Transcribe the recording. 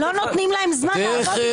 לא נותנים להם זמן לעבוד.